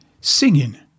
Singing